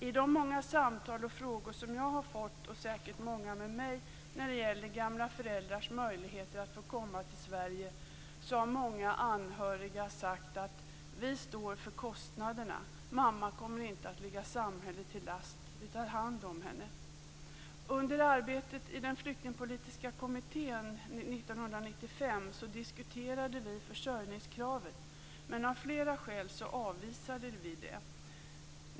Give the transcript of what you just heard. I de många samtal och frågor som jag och säkert många med mig har fått om gamla föräldrars möjligheter att få komma till Sverige har många anhöriga sagt: Vi står för kostnaderna. Mamma kommer inte att ligga samhället till last. Vi tar hand om henne. 1995 diskuterade vi försörjningskravet, men av flera skäl avvisade vi det.